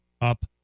up